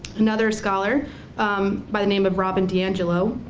another scholar by the name of robin d'angelo